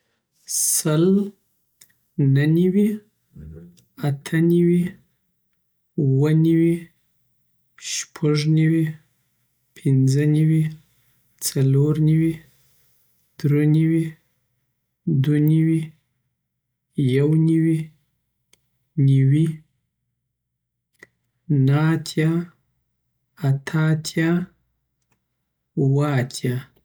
سل نه نوی اته نوی اوه نوی شپوږ نوی پنځه نوی څلور نوی درونوی دو نوی یو نوی نوی نه اتیا اته اتیا اوه اتیا